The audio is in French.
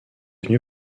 venu